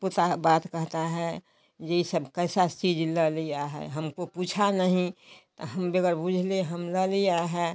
पोता बात कहता है ये सब कैसा चीज ले लिया है हमको पूछा नहीं तो हम बगैर बुझले हम ले लिया है